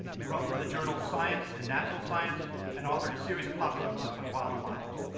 you wrote for the journals science and natural science and authored a series of popular books on wild flowers.